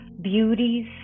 beauties